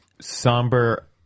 somber